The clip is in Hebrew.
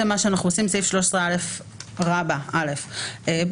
סעיף 13א(א)